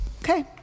Okay